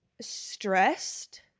stressed